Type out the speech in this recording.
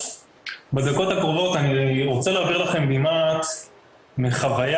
בדקות הקרובות אני רוצה להעביר לכם מעט מחוויה